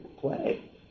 play